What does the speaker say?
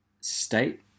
state